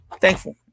thankful